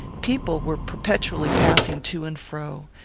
people were perpetually passing to and fro.